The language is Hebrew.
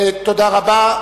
תודה רבה.